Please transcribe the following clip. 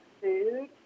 food